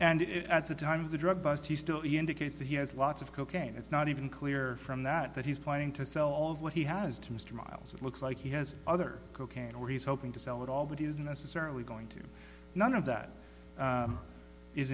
and at the time of the drug bust he still indicates that he has lots of cocaine it's not even clear from that that he's planning to sell all of what he has to mr miles it looks like he has other cocaine or he's hoping to sell it all but isn't necessarily going to none of that